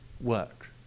work